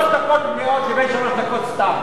בין שלוש דקות מלאות לבין שלוש דקות סתם,